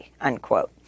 unquote